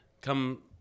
Come